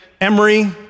Emory